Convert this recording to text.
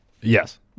Yes